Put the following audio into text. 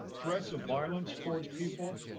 threats of violence towards people.